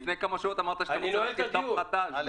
לפני כמה שעות אמרת שאתה רוצה לפתוח דף חדש.